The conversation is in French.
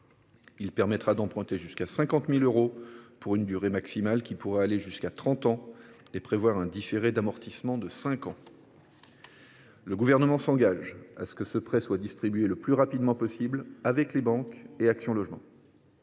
Il permettra d’emprunter jusqu’à 50 000 euros, pour une durée maximale pouvant atteindre trente ans, avec un différé d’amortissement de cinq ans. Le Gouvernement s’engage à ce que ce prêt soit distribué le plus rapidement possible, avec les banques et Action Logement.